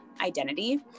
identity